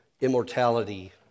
immortality